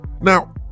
Now